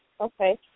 okay